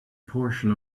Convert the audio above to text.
portion